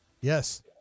Yes